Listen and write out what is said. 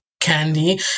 Candy